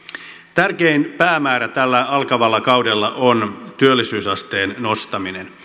tärkein päämäärä tällä alkavalla kaudella on työllisyysasteen nostaminen